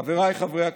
חבריי חברי הכנסת,